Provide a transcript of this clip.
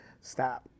Stop